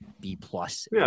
B-plus